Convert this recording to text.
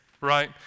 right